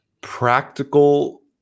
practical